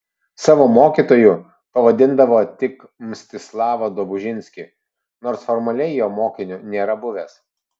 savo mokytoju pavadindavo tik mstislavą dobužinskį nors formaliai jo mokiniu nėra buvęs